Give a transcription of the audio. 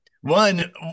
One